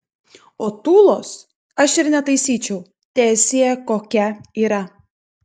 o tūlos aš ir netaisyčiau teesie kokia yra